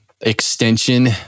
extension